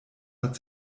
hat